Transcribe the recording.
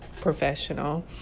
Professional